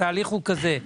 התהליך הוא כזה.